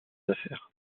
affaires